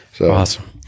Awesome